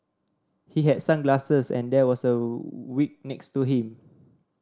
he had sunglasses and there was a wig next to him